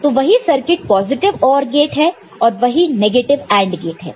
तो वही circuit positive OR gate है और वही नेगेटिव AND गेट है